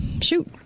Shoot